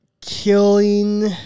killing